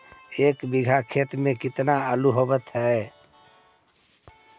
एक बिघा खेत में केतना आलू होतई?